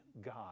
God